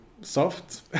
soft